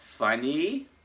Funny